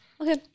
Okay